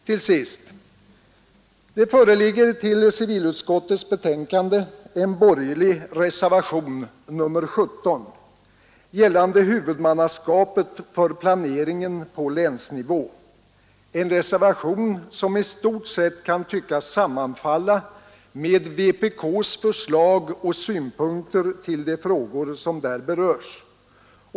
Till sist: Det föreligger till civilutskottets betänkande en borgerlig nivå, en reservation som i stort sett kan tyckas sammanfalla med vpk:s förslag och synpunkter på de frågor som där berörs.